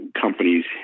companies